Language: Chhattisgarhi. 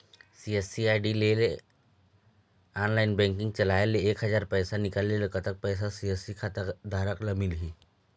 सी.एस.सी आई.डी ले ऑनलाइन बैंकिंग चलाए ले एक हजार पैसा निकाले ले कतक पैसा सी.एस.सी खाता धारक ला मिलही?